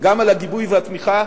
גם על הגיבוי והתמיכה,